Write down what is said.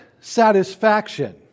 satisfaction